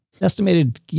estimated